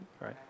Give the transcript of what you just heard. Right